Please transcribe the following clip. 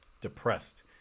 depressed